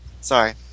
sorry